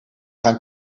gaan